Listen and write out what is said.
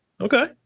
Okay